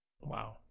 Wow